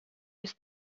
йөз